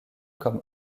comme